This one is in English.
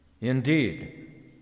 Indeed